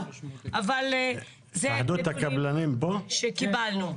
אבל אלה הנתונים שקיבלנו.